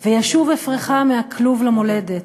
// וישוב אפרך מהכלוב למולדת,